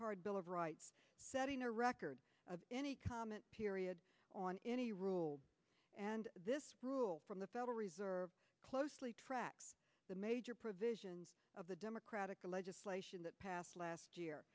card bill of rights setting a record of any comment period on any rule and this rule from the federal reserve closely tracks the major provisions of the democratic legislation that passed last year